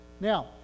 Now